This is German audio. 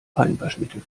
feinwaschmittel